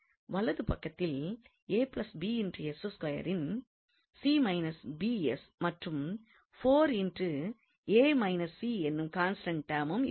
வலது பக்கத்தில் பின் மற்றும் என்னும் கான்ஸ்டன்ட் டெர்மும் இருக்கிறது